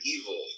evil